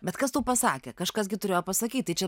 bet kas tau pasakė kažkas gi turėjo pasakyt tai čia